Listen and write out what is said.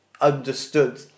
understood